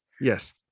Yes